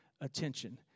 attention